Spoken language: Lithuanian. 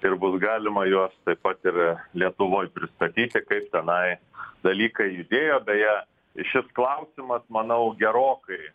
ir bus galima juos taip pat ir lietuvoj pristatyti kaip tenai dalykai judėjo beje šis klausimas manau gerokai